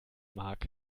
mag